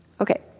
okay